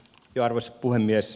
arvoisa puhemies